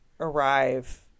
Arrive